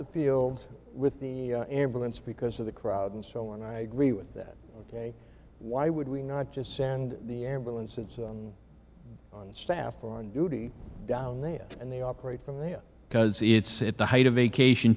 the fields with the ambulance because of the crowd and so on i agree with that ok why would we not just send the ambulance and so on staff on duty down there and they operate from there because it's at the height of vacation